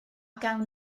gawn